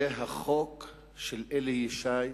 זה החוק של אלי ישי,